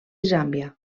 zàmbia